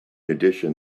addition